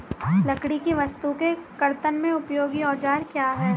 लकड़ी की वस्तु के कर्तन में उपयोगी औजार क्या हैं?